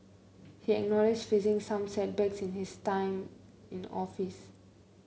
he acknowledged facing some setbacks in his time in office